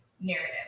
narrative